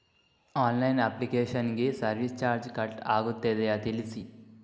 Online application ಗೆ service charge cut ಆಗುತ್ತದೆಯಾ ತಿಳಿಸಿ?